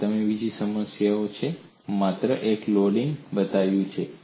અને તમને બીજી સમસ્યા છે મેં માત્ર એક લોડિંગ બતાવ્યું છે